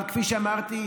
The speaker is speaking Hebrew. כפי שאמרתי,